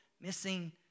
missing